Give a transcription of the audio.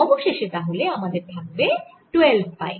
অবশেষে তাহলে আমাদের থাকবে12 পাই